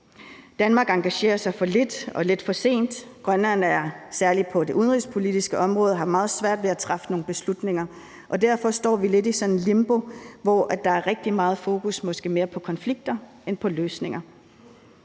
Danmark engagerer sig for lidt og lidt for sent, og Grønland har særlig på det udenrigspolitiske område meget svært ved at træffe nogle beslutninger, og derfor står vi lidt i et limbo, hvor der måske er rigtig meget mere fokus på konflikter, end der er på løsninger.